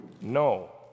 no